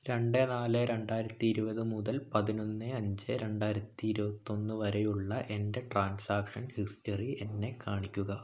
രണ്ട് നാല് രണ്ടായിരത്തി ഇരുപത് മുതൽ പതിനൊന്ന് അഞ്ച് രണ്ടായിരത്തി ഇരുപത്തിയൊന്ന് വരെയുള്ള എൻ്റെ ട്രാൻസാക്ഷൻ ഹിസ്റ്ററി എന്നെ കാണിക്കുക